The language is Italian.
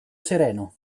sereno